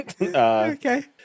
okay